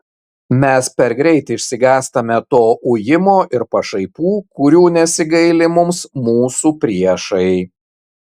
mes per greit išsigąstame to ujimo ir pašaipų kurių nesigaili mums mūsų priešai